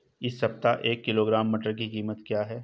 इस सप्ताह एक किलोग्राम मटर की कीमत क्या है?